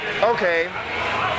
okay